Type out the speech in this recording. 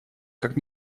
как